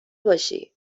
باشی